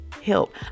help